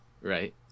Right